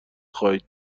خواهد